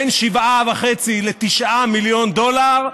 בין 7.5 ל-9 מיליון דולר?